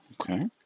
Okay